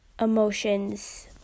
emotions